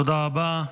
תודה רבה.